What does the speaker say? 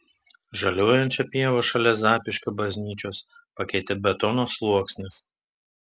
žaliuojančią pievą šalia zapyškio bažnyčios pakeitė betono sluoksnis